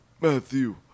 Matthew